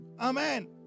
Amen